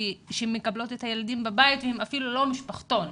שמקבלות את הילדים בבית והן אפילו לא משפחתון